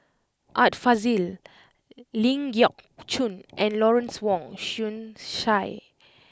Art Fazil Ling Geok Choon and Lawrence Wong Shyun Tsai